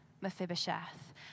Mephibosheth